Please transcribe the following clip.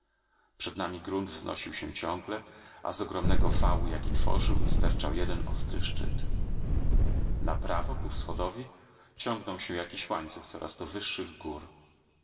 przed nami grunt wznosił się ciągle a z ogromnego wału jaki tworzył sterczał jeden ostry szczyt na prawo ku wschodowi ciągnął się jakiś łańcuch coraz to wyższych gór